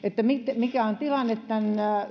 mikä on tilanne